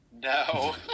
No